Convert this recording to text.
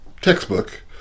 textbook